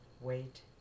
wait